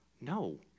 No